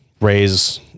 raise